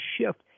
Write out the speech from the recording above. shift